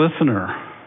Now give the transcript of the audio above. listener